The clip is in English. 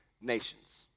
nations